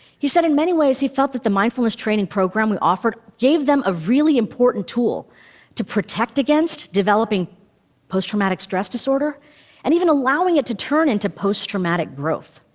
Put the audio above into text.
he said in many ways, he felt that the mindfulness training program we offered gave them a really important tool to protect against developing post-traumatic stress disorder and even allowing it to turn into post-traumatic growth.